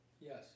Yes